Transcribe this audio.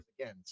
again